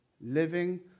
living